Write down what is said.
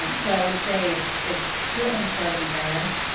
um so i would say it's it's certainly starting there.